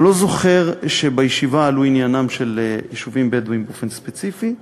אני לא זוכר שבישיבה עלה עניינם של יישובים בדואיים באופן ספציפי,